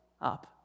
up